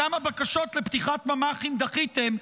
כמה בקשות לפתיחת ממ"חים דחיתם?